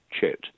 Chit